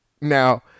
Now